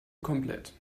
komplett